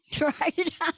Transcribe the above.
Right